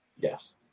Yes